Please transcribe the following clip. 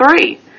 three